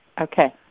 Okay